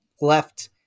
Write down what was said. left